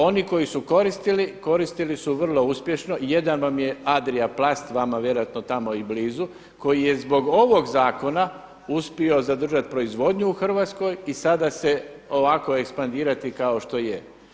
Oni koji su koristili, koristili su vrlo uspješno, jedan vam je Adriaplast, vama vjerojatno tamo i blizu, koji je zbog ovog zakona uspio zadržati proizvodnju u Hrvatskoj i sada se ovako ekspandirati kao što je.